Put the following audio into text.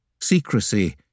Secrecy